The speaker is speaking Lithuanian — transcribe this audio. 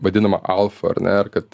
vadinama alfa ar ne ar kad